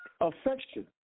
affection